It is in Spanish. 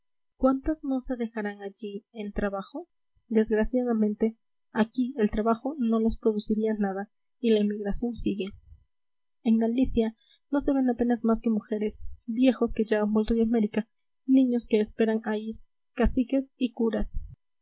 cuántas no se dejarán allí en trabajo desgraciadamente aquí el trabajo no les produciría nada y la emigración sigue en galicia no se ven apenas más que mujeres viejos que ya han vuelto de américa niños que esperan a ir caciques y curas